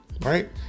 right